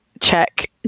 check